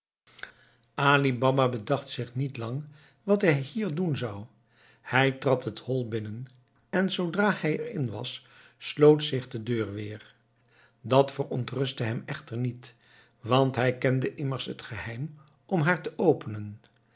ali baba bedacht zich niet lang wat hij hier doen zou hij trad het hol binnen en zoodra hij er in was sloot zich de deur weer dat verontrustte hem echter niet want hij kende immers het geheim om haar te openen